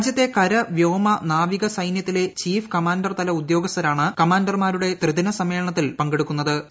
രാജ്യത്തെ കര് വ്യോമ നാവിക സൈന്യത്തിലെ ചീഫ് കമാൻഡർതല ഉദ്യോഗസ്മുരാണ് കമാൻഡർമാരുടെ ത്രിദിന സമ്മേളനത്തിൽ പങ്കെടുക്കൂന്നത്